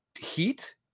heat